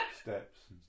Steps